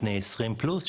בני 20 פלוס,